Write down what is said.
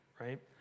right